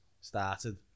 Started